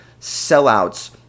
sellouts